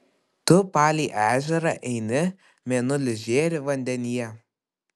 tu palei ežerą eini mėnulis žėri vandenyje